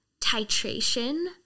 titration